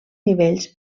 nivells